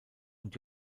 und